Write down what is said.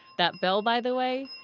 that bell, by the way,